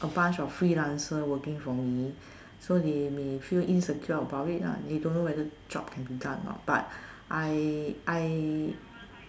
a bunch of freelancer working for me so they may feel insecure about it lah they don't know whether the job can be done or not but I I